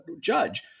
judge